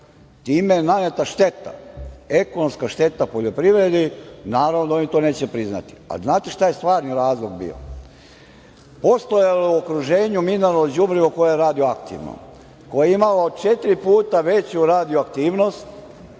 Time je naneta šteta, ekonomska šteta poljoprivredi. Naravno da oni to neće priznati. Znate li šta je stvarni razlog bio? Postojalo je u okruženju mineralno đubrivo koje je radioaktivno, koje je imalo četiri puta veću radioaktivnost